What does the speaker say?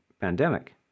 pandemic